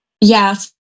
Yes